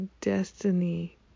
destiny